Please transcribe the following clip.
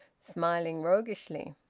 smiling roguishly.